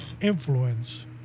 influence